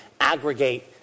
aggregate